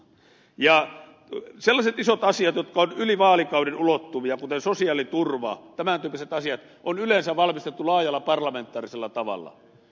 ja sellaiset isot asiat jotka ovat yli vaalikauden ulottuvia kuten sosiaaliturva tämän tyyppiset asiat on yleensä valmisteltu laajalla parlamentaarisella tavalla